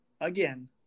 again –